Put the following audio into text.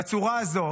בצורה הזו